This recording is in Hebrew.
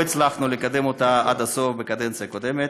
לא הצלחנו לקדם אותה עד הסוף בקדנציה הקודמת,